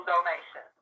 donation